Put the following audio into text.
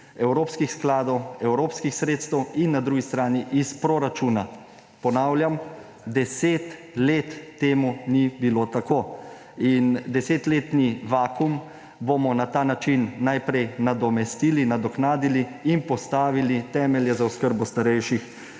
evropskih skladov, evropskih sredstev in na drugi strani iz proračuna. Ponavljam, deset let temu ni bilo tako. In desetletni vakuum bomo na ta način najprej nadomestili, nadoknadili in postavili temelje za oskrbo starejših